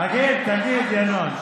תגיד, תגיד, ינון.